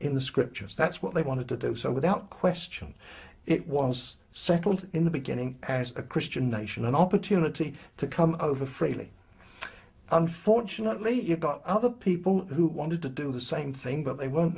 in the scriptures that's what they wanted to do so without question it was settled in the beginning as a christian nation an opportunity to come over fraley unfortunately you got all the people who wanted to do the same thing but they wo